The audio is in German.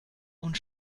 und